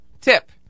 tip